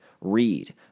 read